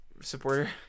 supporter